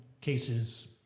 cases